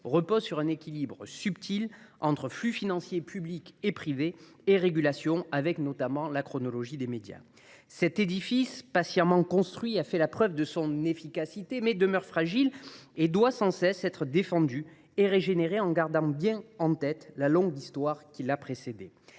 repose sur un équilibre subtil entre flux financiers publics et privés et régulation, avec notamment la chronologie des médias. Cet édifice patiemment construit a fait la preuve de son efficacité, mais demeure fragile. Il doit sans cesse être défendu et régénéré, en gardant bien en tête la longue histoire qui l’a précédé.